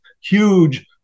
huge